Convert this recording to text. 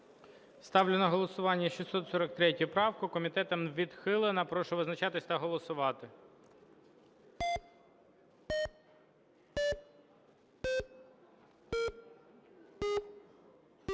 Ставлю на голосування 643 правку. Комітетом відхилена. Прошу визначатись та голосувати.